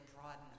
broaden